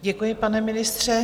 Děkuji, pane ministře.